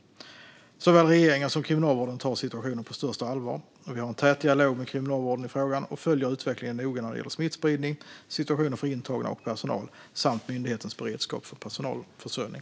Såväl regeringen som Kriminalvården tar situationen på största allvar. Vi har en tät dialog med Kriminalvården i frågan och följer utvecklingen noga när det gäller smittspridning, situationen för intagna och personal samt myndighetens beredskap för personalförsörjning.